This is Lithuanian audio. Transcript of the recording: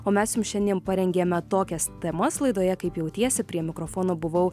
o mes jums šiandien parengėme tokias temas laidoje kaip jautiesi prie mikrofono buvau